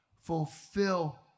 fulfill